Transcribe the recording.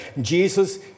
Jesus